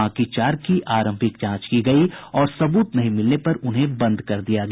बाकी चार की आरंभिक जांच की गई और सब्रत नहीं मिलने पर उन्हें बंद कर दिया गया